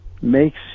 makes